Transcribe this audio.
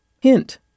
Hint